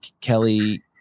Kelly